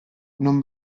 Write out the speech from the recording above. non